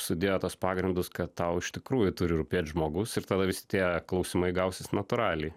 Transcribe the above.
sudėjo tuos pagrindus kad tau iš tikrųjų turi rūpėt žmogus ir tada visi tie klausimai gausis natūraliai